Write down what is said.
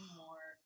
more